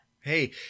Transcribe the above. Hey